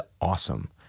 awesome